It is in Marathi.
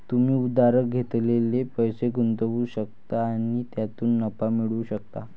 तुम्ही उधार घेतलेले पैसे गुंतवू शकता आणि त्यातून नफा मिळवू शकता